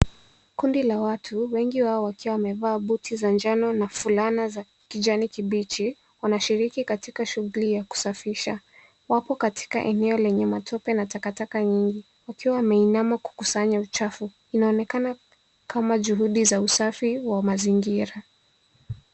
Kundi la watu wengi wao wakiwa wamevaa booti za njano na fulana za kijani kibichi wanashiriki katika shughuli ya kusafisha wapo katika eneo lenye matope na takataka nyingi wakiwa wameinama kukusanya uchafu inaonekana kama juhudi za usafi wa mazingira.